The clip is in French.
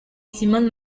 simone